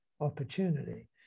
opportunity